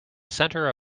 center